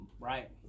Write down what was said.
Right